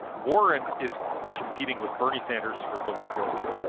warren is competing with bernie sanders for the liberal vote.